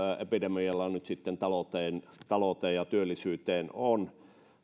epidemialla nyt sitten talouteen talouteen ja työllisyyteen on